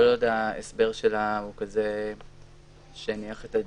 כל עוד ההסבר שלה הוא כזה שמניח את הדעת,